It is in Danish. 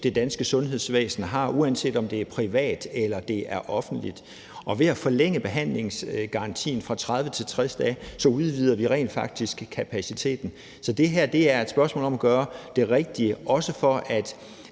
det danske sundhedsvæsen har, uanset om det er privat eller offentligt, og ved at forlænge behandlingsgarantien fra 30 til 60 dage, udvider vi rent faktisk kapaciteten. Så det her er et spørgsmål om at gøre det rigtige, også for at